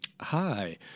Hi